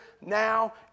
Now